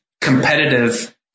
competitive